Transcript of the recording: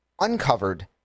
uncovered